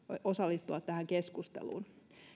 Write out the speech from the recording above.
osallistua tähän keskusteluun